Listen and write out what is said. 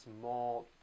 small